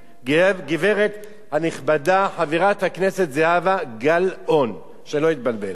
גברת נכבדה, חברת הכנסת זהבה גלאון, שלא אתבלבל.